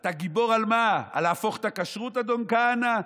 אתה גיבור על מה, על להפוך את הכשרות, אדון כהנא?